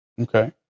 Okay